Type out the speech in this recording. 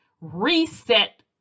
reset